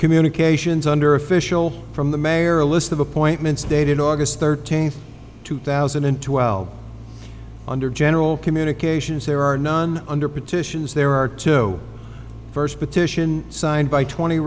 communications under official from the mayor a list of appointments dated august thirteenth two thousand and twelve under general communications there are none under petitions there are two first petition signed by twenty